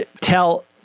tell